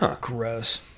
gross